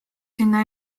sinna